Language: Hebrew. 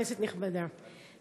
כנסת נכבדה,